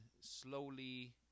slowly